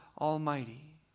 Almighty